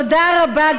תודה רבה.